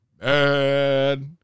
mad